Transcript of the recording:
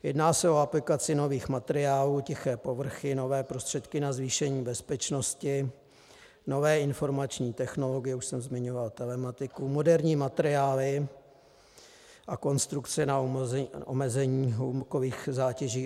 Jedná se o aplikaci nových materiálů, tiché povrchy, nové prostředky na zvýšení bezpečnosti, nové informační technologie, už jsem zmiňoval telematiku, moderní materiály a konstrukce na omezení hlukových zátěží atd. atd.